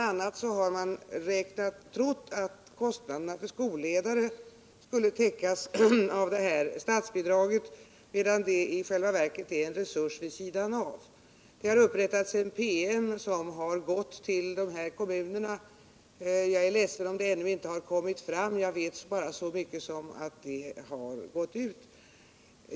a. har man trott att kostnaderna för skolledare skulle täckas av det här statsbidraget, medan detta i själva verket är en resurs vid sidan av. Det har upprättats en PM som gått ut till kommunerna. Jag är ledsen om den ännu inte kommit Iram. Jag vet bara så mycket att den gått ut.